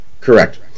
Correct